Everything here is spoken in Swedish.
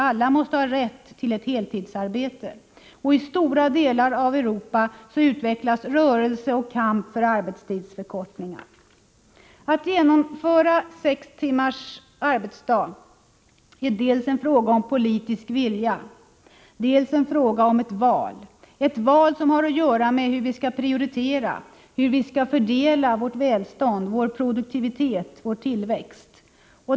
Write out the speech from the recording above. Alla måste ha rätt till ett heltidsarbete. I stora delar av Europa utvecklas rörelse och kamp för arbetstidsförkortningar. Att genomföra sextimmarsarbetsdagen är dels en fråga om politisk vilja, dels en fråga om ett val — ett val som har att göra med hur vi skall prioritera och fördela vårt välstånd, vår produktivitet och vår tillväxt.